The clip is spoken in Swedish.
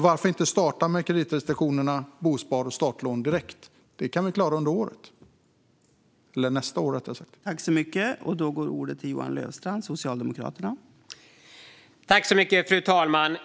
Varför inte starta med kreditrestriktionerna, bospar och startlån direkt? Det kan vi klara under året, eller nästa år rättare sagt.